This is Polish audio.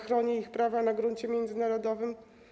która chroni ich prawa na gruncie międzynarodowym.